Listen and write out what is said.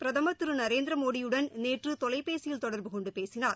பிரதமர் திரு நரேந்திர மோடியுடன் நேற்று தொலைபேசியில் தொடர்பு கொண்டு பேசினார்